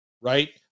right